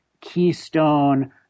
keystone